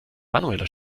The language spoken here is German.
manueller